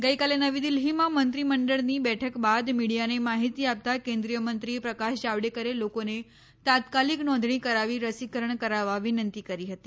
ગઇકાલે નવી દિલ્હીમાં મંત્રીમંડળની બેઠક બાદ મીડિયાને માહિતી આપતાં કેન્દ્રીય મંત્રી પ્રકાશ જાવડેકરે લોકોને તાત્કાલિક નોંધણી કરાવી રસીકરણ કરાવવા વિનંતી કરી હતી